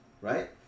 right